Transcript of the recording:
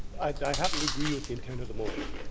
i happen to agree with the intent of the motion,